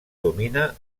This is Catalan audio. domina